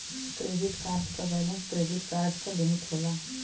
credit card क balance credit card क limit होला